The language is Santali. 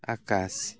ᱟᱠᱟᱥ